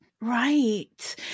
Right